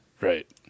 Right